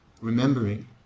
remembering